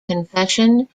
confession